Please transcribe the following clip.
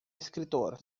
escritor